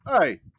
Hey